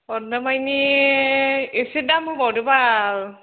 हरनो माने एसे दाम होबावदो बाल